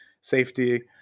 safety